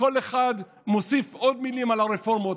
וכל אחד מוסיף עוד מילים על הרפורמות.